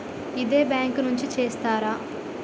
ఇదే బ్యాంక్ నుంచి చేస్తారా?